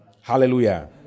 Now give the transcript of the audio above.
Hallelujah